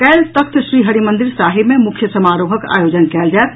काल्हि तख्त श्री हरीमंदिर साहिब मे मुख्य समारोहक आयोजन कयल जायत